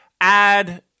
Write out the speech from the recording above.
Add